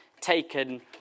taken